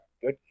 good